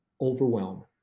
overwhelm